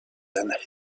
and